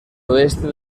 oeste